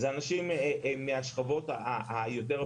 זה אנשים מהשכבות היותר